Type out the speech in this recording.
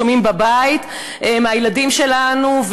שומעים בבית מהילדים שלנו,